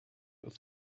ist